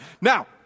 Now